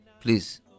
please